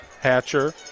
Hatcher